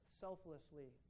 selflessly